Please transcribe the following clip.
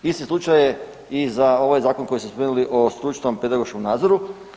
Isti slučaj je i za ovaj zakon koji ste spomenuli o stručnom-pedagošku nadzoru.